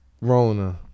Rona